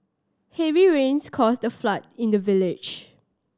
heavy rains caused a flood in the village